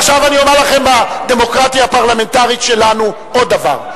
עכשיו אני אומר לכם מהדמוקרטיה הפרלמנטרית שלנו עוד דבר.